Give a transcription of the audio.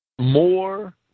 more